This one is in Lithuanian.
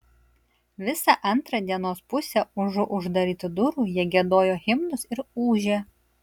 visą antrą dienos pusę užu uždarytų durų jie giedojo himnus ir ūžė